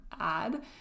add